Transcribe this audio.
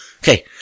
Okay